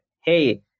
Hey